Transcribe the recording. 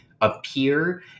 appear